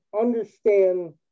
understand